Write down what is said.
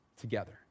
together